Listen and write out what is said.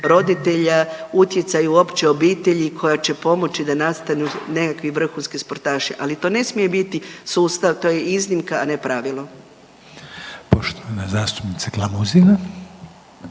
roditelja, utjecaj uopće obitelji koja će pomoći da nastanu nekakvi vrhunski sportaši. Ali to ne smije biti sustav, to je iznimka a ne pravilo. **Reiner, Željko (HDZ)** Poštovana zastupnica Glamuzina.